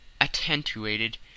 attenuated